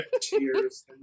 Cheers